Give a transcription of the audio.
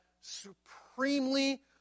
supremely